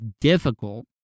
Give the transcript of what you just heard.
difficult